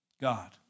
God